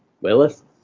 Willis